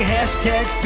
Hashtag